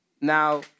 Now